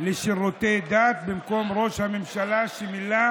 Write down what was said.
לשירותי דת במקום ראש הממשלה, שמילא